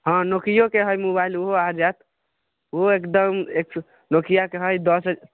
हँ नोकियोके हइ मोबाइल उहो आ जायत ओ एकदम नोकियाके हइ दश ह